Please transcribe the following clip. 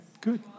good